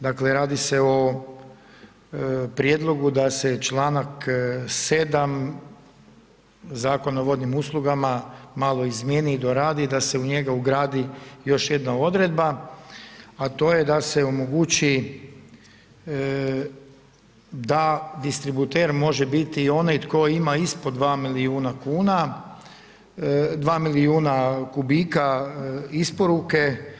Dakle, radi se o prijedlogu da se članak 7. Zakona o vodnim uslugama malo izmijeni i doradi i da se u njega ugradi još jedna odredba, a to je da se omogući da distributer može biti i onaj tko ima ispod 2 milijuna kubika isporuke.